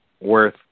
worth